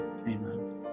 Amen